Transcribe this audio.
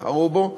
בחרו בו.